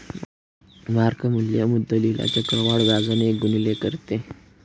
mark मूल्य मुद्दलीला चक्रवाढ व्याजाने गुणिले करते